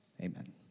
Amen